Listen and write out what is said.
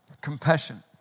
compassion